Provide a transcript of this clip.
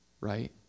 right